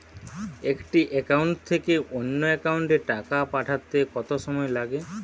একটি একাউন্ট থেকে অন্য একাউন্টে টাকা পাঠাতে কত সময় লাগে?